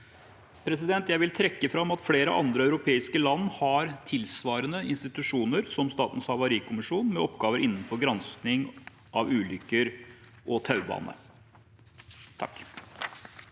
politiet. Jeg vil trekke fram at flere andre europeiske land har tilsvarende institusjoner som Statens havarikommisjon, med oppgaver innenfor gransking av ulykker og taubaner.